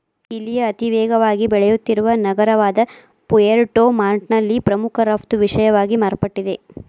ಚಿಲಿಯ ಅತಿವೇಗವಾಗಿ ಬೆಳೆಯುತ್ತಿರುವ ನಗರವಾದಪುಯೆರ್ಟೊ ಮಾಂಟ್ನಲ್ಲಿ ಪ್ರಮುಖ ರಫ್ತು ವಿಷಯವಾಗಿ ಮಾರ್ಪಟ್ಟಿದೆ